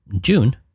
June